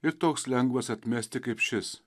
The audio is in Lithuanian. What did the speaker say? ir toks lengvas atmesti kaip šis